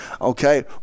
okay